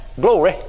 glory